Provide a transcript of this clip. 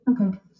Okay